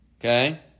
Okay